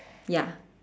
ya